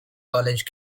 college